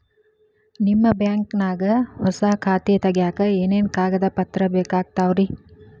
ನಿಮ್ಮ ಬ್ಯಾಂಕ್ ನ್ಯಾಗ್ ಹೊಸಾ ಖಾತೆ ತಗ್ಯಾಕ್ ಏನೇನು ಕಾಗದ ಪತ್ರ ಬೇಕಾಗ್ತಾವ್ರಿ?